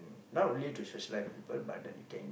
not only to socialise with people but then you can